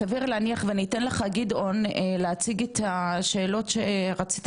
סביר להניח ואני אתן לך גדעון להציג את השאלות שרצית